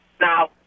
Now